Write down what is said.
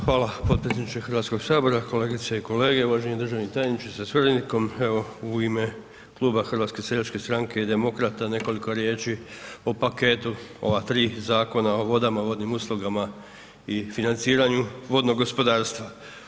Hvala potpredsjedniče Hrvatskog sabora, kolegice i kolege, uvaženi državni tajniče sa suradnikom, evo u ime kluba HSS-a i Demokrata, nekoliko riječi o paketu ova tri zakona o vodama, vodnim uslugama i financiranju vodnog gospodarstva.